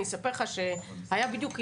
אני אספר לך שהיה בדיוק,